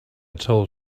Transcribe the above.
told